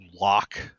lock